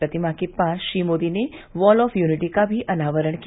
प्रतिमा के पास श्री मोदी ने वॉल ऑफ यूनिटी का भी अनावरण किया